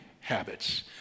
habits